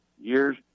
years